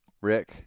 Rick